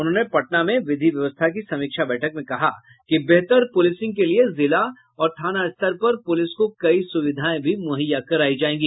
उन्होंने पटना विधि व्यवस्था की समीक्षा बैठक में कहा कि बेहतर पुलिसिंग के लिये जिला और थाना स्तर पर पुलिस को कई सुविधायें भी मुहैया करायी जायेगी